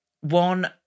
one